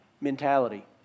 mentality